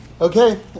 Okay